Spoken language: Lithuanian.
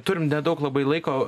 turim nedaug labai laiko